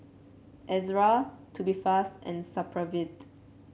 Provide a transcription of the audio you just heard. Ezerra Tubifast and Supravit